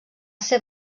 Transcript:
ser